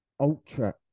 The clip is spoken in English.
Ultra